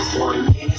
one